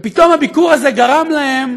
ופתאום הביקור הזה גרם להם